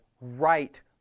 right